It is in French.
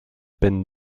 peine